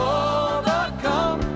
overcome